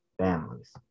families